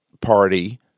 party